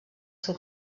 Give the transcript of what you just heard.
seu